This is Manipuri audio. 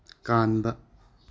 ꯀꯥꯟꯕ